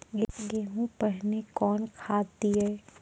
गेहूँ पहने कौन खाद दिए?